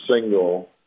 single